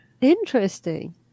Interesting